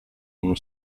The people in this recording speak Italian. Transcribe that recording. uno